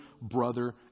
brother